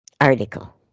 article